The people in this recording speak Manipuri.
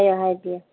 ꯀꯔꯤ ꯍꯥꯏꯒꯦ